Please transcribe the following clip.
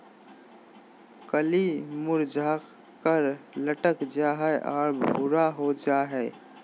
कली मुरझाकर लटक जा हइ और भूरा हो जा हइ